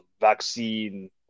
vaccine